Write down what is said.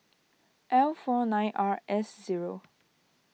L four nine R S zero